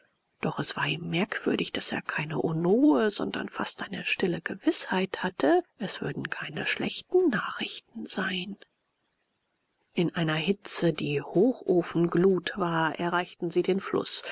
doch es war ihm merkwürdig daß er keine unruhe sondern fast eine stille gewißheit hatte es würden keine schlechten nachrichten sein in einer hitze die hochofenglut war erreichten sie den fluß